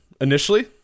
initially